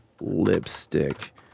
Lipstick